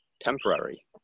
temporary